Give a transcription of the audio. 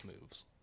moves